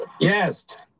Yes